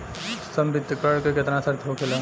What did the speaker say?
संवितरण के केतना शर्त होखेला?